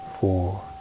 four